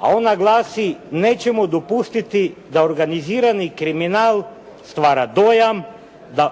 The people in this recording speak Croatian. a ona glasi: “Nećemo dopustiti da organizirani kriminal stvara dojam da može